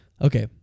okay